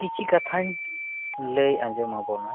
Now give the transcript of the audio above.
ᱠᱤᱪᱷᱤ ᱠᱟᱷᱟᱧ ᱞᱟᱹᱭ ᱟᱸᱡᱚᱢ ᱟᱵᱚᱱᱟ